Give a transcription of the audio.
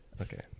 Okay